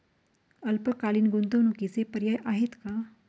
अल्पकालीन गुंतवणूकीचे पर्याय आहेत का?